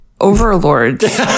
overlords